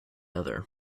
other